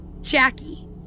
Jackie